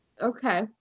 Okay